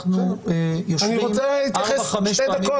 אנחנו יושבים ארבע-חמש פעמים בשבוע --- אני רוצה להתייחס שתי דקות,